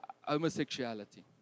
homosexuality